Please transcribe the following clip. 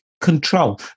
control